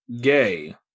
gay